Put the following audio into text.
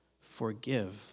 forgive